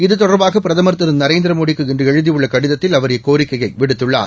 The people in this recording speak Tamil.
இது தொடர்பாக பிரதமர் திரு நரேந்திரமோடிக்கு இன்று எழுதியுள்ள கடிதத்தில் அவர் இக்கோரிக்கையை விடுத்துள்ளார்